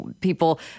people